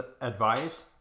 advice